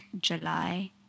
July